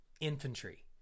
infantry